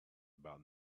about